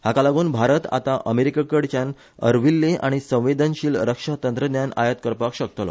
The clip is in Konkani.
हाकालागून भारत आतां अमेरिकेकडच्यान अर्विल्लें आनी संवेदनशिल रक्षा तंत्रज्ञान आयात करपाक शकतलो